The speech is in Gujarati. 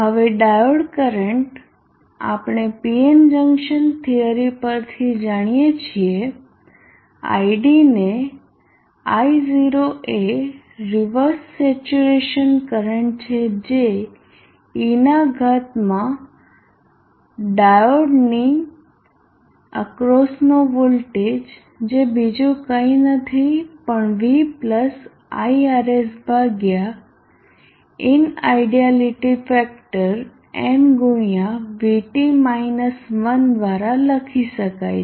હવે ડાયોડ કરંટ આપણે PN જંકશન થિયરી પર થી જાણીએ છીએ i d ને I 0 એ રીવર્સ સેચ્યુરેશન કરંટ છે જે e ના ઘાતમાં ડાયોડની અક્રોસનાં વોલ્ટેજ જે બીજું કઈ નથી પણ v પ્લસ iRs ભાગ્યા ઇનઆયડયાલીટી ફેક્ટર n ગુણ્યા VT માયનસ 1 દ્વારા લખી શકાય છે